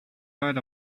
leid